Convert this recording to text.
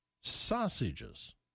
sausages